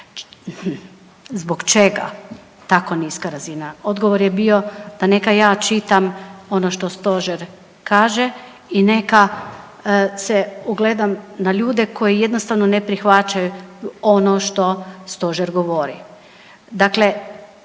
zbog čega tako niska razina. Odgovor je bio da neka ja čitam ono što stožer kaže i neka se ogledam na ljude koji jednostavno ne prihvaćaju ono što stožer govori.